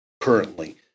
currently